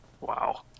Wow